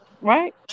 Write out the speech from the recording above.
right